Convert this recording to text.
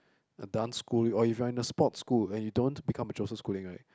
a dance school or if you're in a sports school and you don't want to become a Joseph-Schooling right